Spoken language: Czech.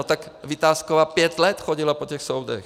No tak Vitásková pět let chodila po těch soudech.